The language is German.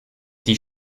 die